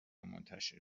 منتشر